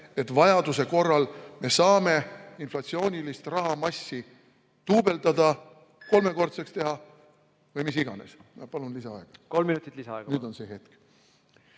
et vajaduse korral me saame inflatsioonilist rahamassi duubeldada, kolmekordseks teha või mis iganes. Ma palun lisaaega. Nüüd on see hetk.